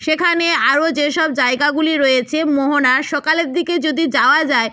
সেখানে আরো যেসব জায়গাগুলি রয়েছে মোহনা সকালের দিকে যদি যাওয়া যায়